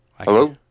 hello